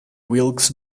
wilkes